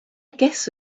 guess